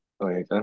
okay